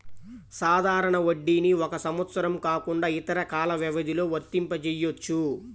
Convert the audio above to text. సాధారణ వడ్డీని ఒక సంవత్సరం కాకుండా ఇతర కాల వ్యవధిలో వర్తింపజెయ్యొచ్చు